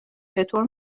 چطور